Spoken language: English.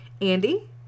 Andy